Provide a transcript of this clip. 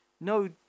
No